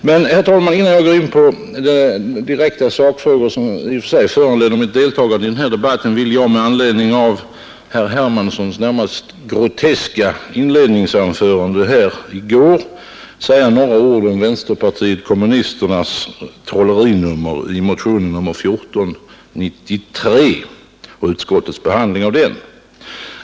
Men, herr talman, innan jag går in på de direkta sakfrågor som i och för sig föranleder mitt deltagande i den här debatten vill jag med anledning av herr Hermanssons i Stockholm närmast groteska inledningsanförande i går säga några ord om vänsterpartiet kommunisternas trollerinummer i motionen 1493 och utskottets behandling av denna.